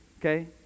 okay